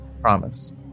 promise